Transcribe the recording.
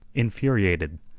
infuriated,